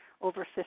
over